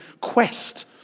quest